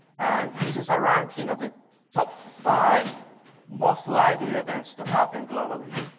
and this is a ranking of the top five most likely events to happen globally.